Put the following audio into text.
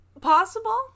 Possible